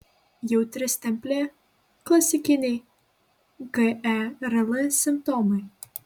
jautri stemplė klasikiniai gerl simptomai